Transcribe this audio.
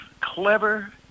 clever